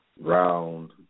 round